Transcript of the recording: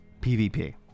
PvP